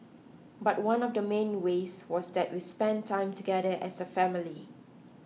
but one of the main ways was that we spent time together as a family